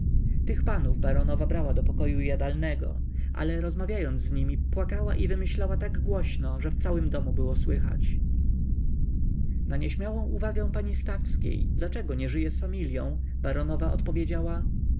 tych panów baronowa brała do pokoju jadalnego ale rozmawiając z nimi płakała i wymyślała tak głośno że w całym domu było słychać na nieśmiałą uwagę pani stawskiej dlaczego nie żyje z familią baronowa odpowiedziała